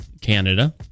Canada